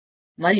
మెరుగు నూనె